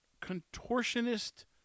contortionist